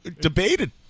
debated